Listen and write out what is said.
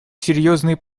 серьезной